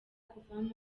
kuvamo